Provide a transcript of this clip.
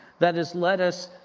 that has led us.